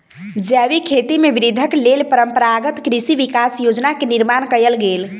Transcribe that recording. जैविक खेती में वृद्धिक लेल परंपरागत कृषि विकास योजना के निर्माण कयल गेल